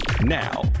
Now